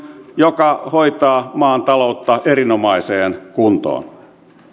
joka hoitaa maan taloutta erinomaiseen kuntoon